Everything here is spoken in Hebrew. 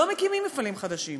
לא מקימים מפעלים חדשים.